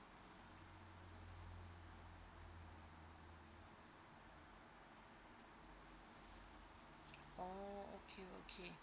oh okay okay